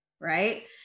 right